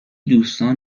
دوستان